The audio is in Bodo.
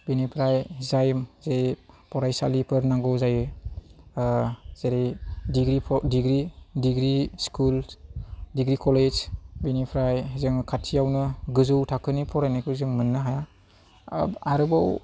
बेनिफ्राय जाय जि फरायसालिफोर नांगौ जायो जेरै डिग्री स्कुल डिग्री कलेज बेनिफ्राय जोङो खाथियावनो गोजौ थाखोनि फरायनायखौ जों मोननो हाया आरोबाव